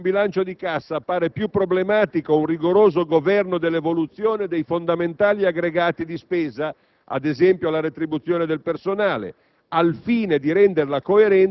Ancora: sulla base di un bilancio di cassa appare più problematico un rigoroso governo dell'evoluzione dei fondamentali aggregati di spesa (ad esempio, la retribuzione del personale),